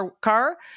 car